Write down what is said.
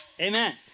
amen